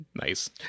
Nice